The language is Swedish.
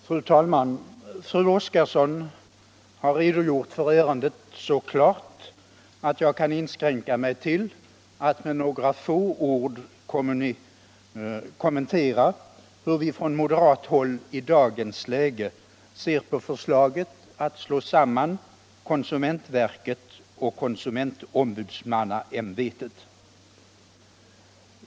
Fru talman! Fru Oskarsson har redogjort för ärendet så klart att jag kan inskränka mig till att med några få ord kommentera hur vi från moderat håll i dagens läge ser på förslaget att slå samman konsumentverket och konsumentombudsmannaämbetet.